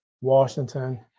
Washington